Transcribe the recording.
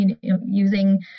using